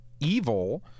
evil